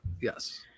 Yes